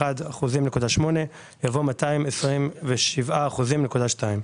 במקום "221.8%" יבוא "227.2%".